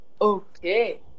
Okay